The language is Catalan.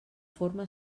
forma